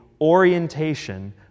orientation